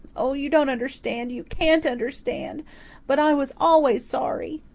oh, you don't understand you can't understand but i was always sorry!